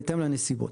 בהתאם לנסיבות.